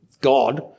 God